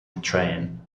train